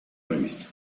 revista